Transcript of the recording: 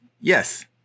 yes